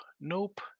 nope